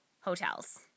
hotels